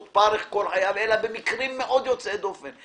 פרך לכל חייו אלא במקרים יוצאי דופן מאוד.